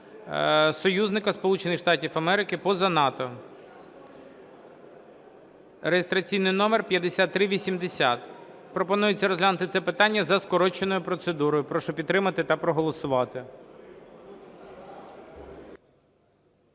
в майбутньому (реєстраційний номер 5091). Пропонується розглянути це питання за скороченою процедурою. Прошу підтримати та проголосувати.